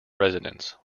residence